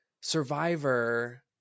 survivor